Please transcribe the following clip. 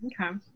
Okay